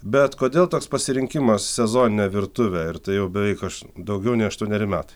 bet kodėl toks pasirinkimas sezoninė virtuvė ir tai jau beveik aš daugiau nei aštuoneri metai